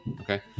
Okay